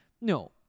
No